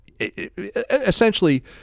essentially